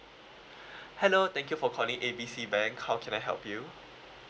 hello thank you for calling A B C bank how can I help you